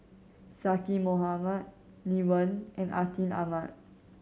Zaqy Mohamad Lee Wen and Atin Amat